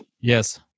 yes